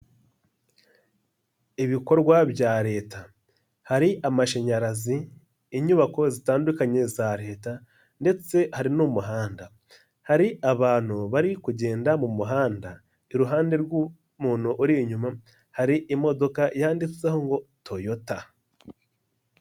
Ibikorwa bya leta. Hari amashanyarazi, inyubako zitandukanye za leta ndetse hari n'umuhanda. Hari abantu bari kugenda mu muhanda, iruhande rw'umuntu uri inyuma hari imodoka yanditseho ngo Toyota.